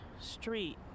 street